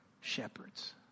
shepherds